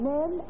Men